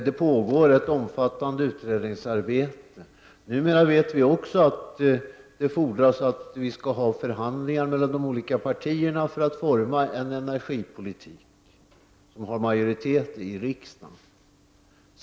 Det pågår ett omfattande utredningsarbete. Numera vet vi också att det fordras förhandlingar mellan de olika partierna för att det skall vara möjligt att forma en energipolitik som har majoritet i riksdagen.